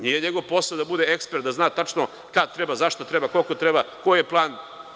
Nije njegov posao da bude ekspert, da zna tačno kad treba, za šta treba, koliko treba, koji je plan.